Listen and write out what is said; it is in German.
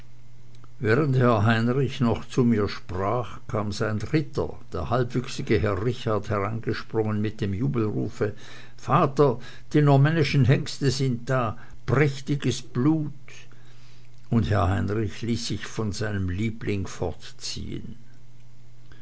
während herr heinrich noch zu mir sprach kam sein dritter der halbwüchsige herr richard hereingesprungen mit dem jubelrufe vater die normännischen hengste sind da prächtiges blut und herr heinrich ließ sich von seinem lieblinge fortziehen